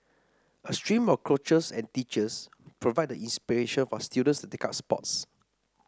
a stream of coaches and teachers provide the inspiration for students to take up sports